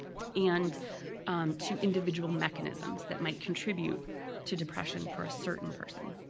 and to individual mechanisms that might contribute to depression for a certain person.